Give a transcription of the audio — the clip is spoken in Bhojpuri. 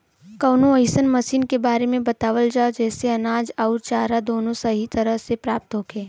कवनो अइसन मशीन के बारे में बतावल जा जेसे अनाज अउर चारा दोनों सही तरह से प्राप्त होखे?